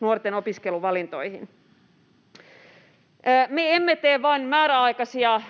nuorten opiskeluvalintoihin. Me emme tee vain määräaikaisia